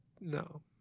No